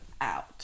out